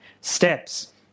steps